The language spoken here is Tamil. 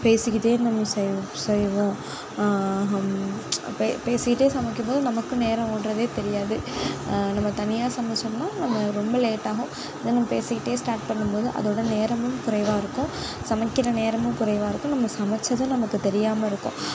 பேசிக்கிட்டே நம்ம செய் செய்வோம் பே பேசிக்கிட்டே சமைக்கும் போது நமக்கும் நேரம் ஓடுறதே தெரியாது நம்ம தனியாக சமைச்சோம்ன்னா நம்ம ரொம்ப லேட் ஆகும் பேசிக்கிட்டே ஸ்டார்ட் பண்ணும்போது அதோட நேரமும் குறைவாக இருக்கும் சமைக்கிற நேரமும் குறைவாக இருக்கும் நம்ம சமைச்சதும் நமக்கு தெரியாம இருக்கும்